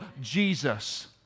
Jesus